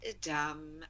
Dumb